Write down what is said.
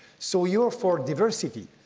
so you're for diversity,